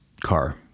car